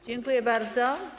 Dziękuję bardzo.